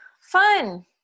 Fun